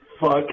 fuck